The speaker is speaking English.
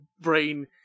brain